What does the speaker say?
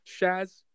Shaz